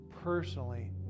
personally